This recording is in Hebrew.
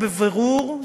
ובבירור,